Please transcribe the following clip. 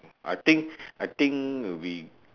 I think I think we